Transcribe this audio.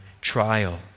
trial